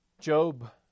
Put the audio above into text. Job